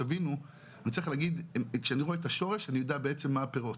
כשאני רואה את השורש, אני יודע בעצם מה הפרות.